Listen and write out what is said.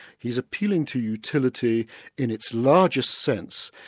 he's appealing to utility in its largest sense,